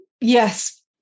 Yes